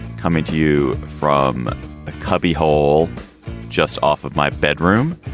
coming to you from a cubbyhole just off of my bedroom.